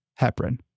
heparin